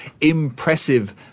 impressive